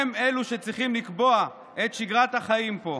הם אלו שצריכים לקבוע את שגרת החיים פה,